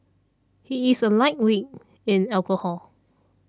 he is a lightweight in alcohol